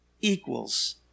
equals